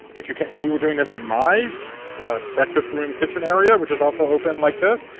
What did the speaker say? if you can if we were doing this in my breakfast room kitchen area, which is also open like this,